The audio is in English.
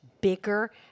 bigger